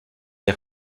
est